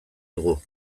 dugu